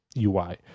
UI